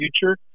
future